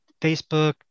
Facebook